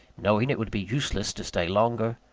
knowing it would be useless to stay longer,